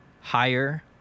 higher